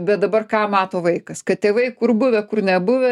bet dabar ką mato vaikas kad tėvai kur buvę kur nebuvę